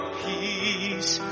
peace